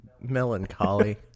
melancholy